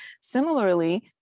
similarly